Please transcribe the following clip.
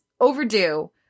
overdue